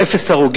עשית?